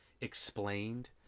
explained